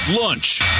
lunch